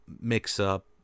mix-up